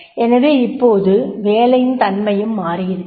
எனவே இப்போது வேலையின் தன்மையும் மாறியிருக்கிறது